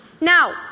Now